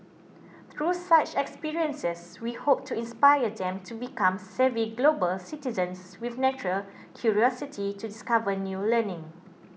through such experiences we hope to inspire them to become savvy global citizens with natural curiosity to discover new learning